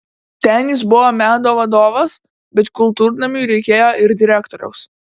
ten jis buvo meno vadovas bet kultūrnamiui reikėjo ir direktoriaus